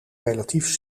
relatief